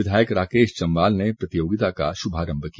विधायक राकेश जम्वाल ने प्रतियोगिता का शुभारंभ किया